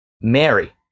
Mary